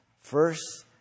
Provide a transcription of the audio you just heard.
First